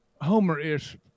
Homer-ish